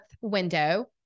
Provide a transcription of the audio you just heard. window